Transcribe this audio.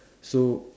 so